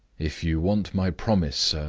if you want my promise, sir,